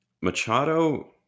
Machado